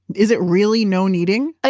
is it really nokneading? ah